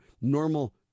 normal